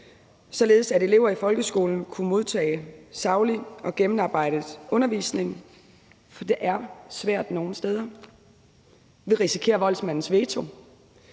således at elever i folkeskolen kunne modtage saglig og gennemarbejdet undervisning, for det er svært nogle steder. Vi risikerer at måtte